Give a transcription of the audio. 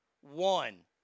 one